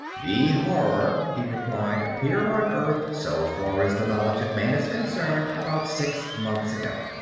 the horror, he replied, appeared on earth, so far as the knowledge of man is concerned, about six months ago.